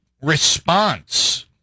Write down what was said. response